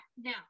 now